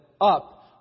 up